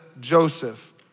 Joseph